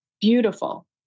beautiful